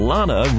Lana